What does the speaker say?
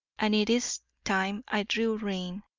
and it is time i drew rein.